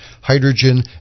hydrogen